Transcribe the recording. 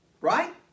right